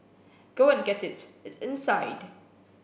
go and get it it's inside